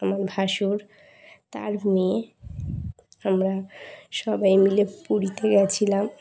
আমার ভাসুর তার মেয়ে আমরা সবাই মিলে পুরীতে গিয়েছিলাম